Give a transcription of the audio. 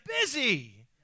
busy